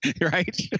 Right